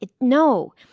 No